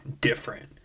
different